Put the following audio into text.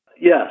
yes